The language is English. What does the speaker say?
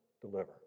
deliver